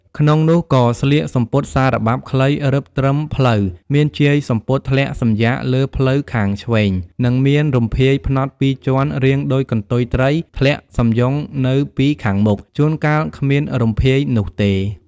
ក្នុងនោះ ក៏ស្លៀកសំពត់សារបាប់ខ្លីរឹបត្រឹមភ្លៅ មានជាយសំពត់ធ្លាក់សំយាកលើភ្លៅខាងឆ្វេង និងមានរំភាយផ្នត់ពីរជាន់រាងដូចកន្ទុយត្រីធ្លាក់សំយុងនៅពីខាងមុខ ជួនកាលគ្មានរំភាយនេះទេ។